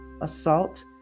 assault